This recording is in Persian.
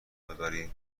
ببرید